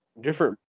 different